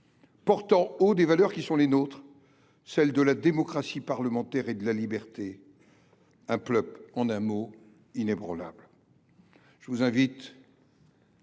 portant haut des valeurs qui sont les nôtres, celles de la démocratie parlementaire et de la liberté – en un mot, un peuple inébranlable.